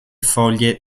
foglie